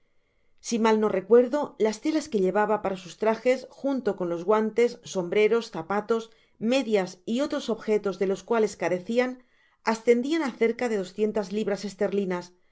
si mal no recuerdo las telas que llevaba para sus trajes junto con los guantes sombreros zapatos medias y otros objetos de los cuales carecian ascendian á cerca de doscientas libras esterlinas